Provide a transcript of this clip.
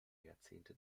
jahrzehnte